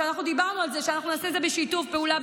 ואנחנו דיברנו על זה שאנחנו נעשה את זה בשיתוף פעולה,